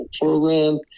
program